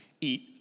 eat